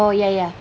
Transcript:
oh ya ya